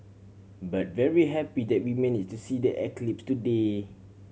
but very happy that we manage to see the eclipse today